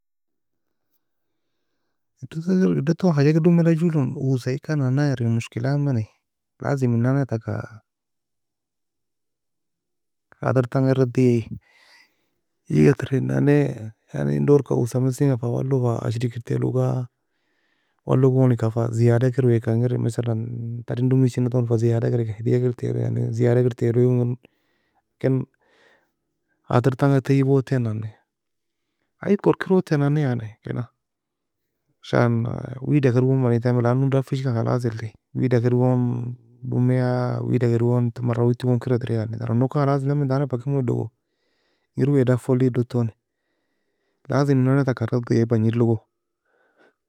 Edo tone haja domeda joe lan osa ekan naena ery مشكلة yameni لازم enan ne taka خاطر tanga radiae. eaga tearo en dorka osa mesendo fa waelo fa ashri kir taloga Walue gon eka fa زيادة kir waeka engir مثلا taren domisei na tone زيادة kir هدية kir talo يعني زيادة kir talo ken خاطر tanga taibo ten nanie ayie ka orkiro tenani yani kena shan wida kir gon manitamo lano dafiksn kalasi eli. Wida kir gon domeia. Wida kir mara owtie gon kera tereia. Taran nog kan kalas eli tani fa kir mu odogo engir wae daffo le odoe tone لازم onane taka radiae bangied logo